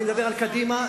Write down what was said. אני מדבר על קדימה.